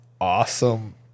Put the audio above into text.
awesome